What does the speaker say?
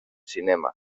cinema